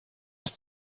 dass